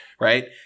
right